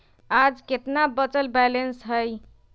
आज केतना बचल बैलेंस हई?